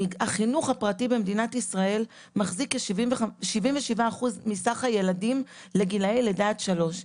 החינוך הפרטי במדינת ישראל מחזיק 77% מסך הילדים לגילאי לידה שלוש.